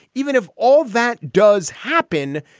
even if all that does happen,